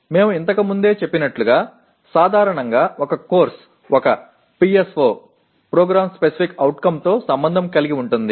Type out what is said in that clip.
మేము ఇంతకు ముందే చెప్పినట్లుగా సాధారణంగా ఒక కోర్సు ఒక PSO తో సంబంధం కలిగి ఉంటుంది